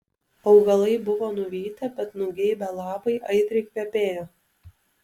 augalai buvo nuvytę bet nugeibę lapai aitriai kvepėjo